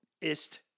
ist